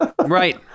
Right